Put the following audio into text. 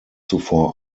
zuvor